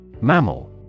Mammal